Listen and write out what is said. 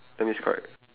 that means correct